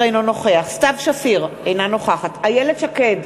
אינו נוכח סתיו שפיר, אינה נוכחת איילת שקד,